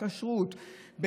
הכשרות,